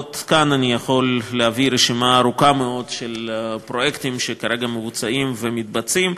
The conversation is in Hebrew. אני יכול להביא רשימה ארוכה מאוד של פרויקטים שכרגע מבוצעים ומתבצעים.